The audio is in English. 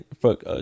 fuck